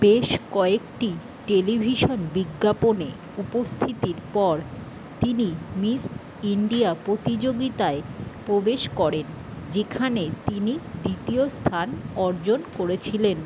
বেশ কয়েকটি টেলিভিশন বিজ্ঞাপনে উপস্থিতির পর তিনি মিস ইণ্ডিয়া প্রতিযোগিতায় প্রবেশ করেন যেখানে তিনি দ্বিতীয় স্থান অর্জন করেছিলেন